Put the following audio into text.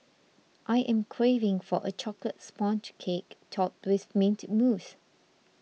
I am craving for a Chocolate Sponge Cake Topped with Mint Mousse